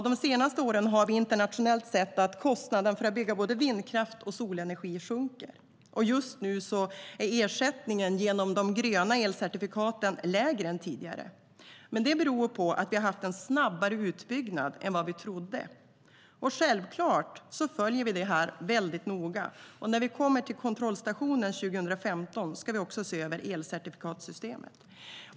De senaste åren har vi sett internationellt att kostnaden för att bygga vindkraft och solenergi sjunker. Just nu är ersättningen genom de gröna elcertifikaten lägre än tidigare, men det beror på att vi haft en snabbare utbyggnad än vi trodde. Självklart följer vi detta väldigt noga, och när vi kommer till kontrollstationen 2015 ska vi också se över elcertifikatssystemet.